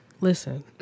Listen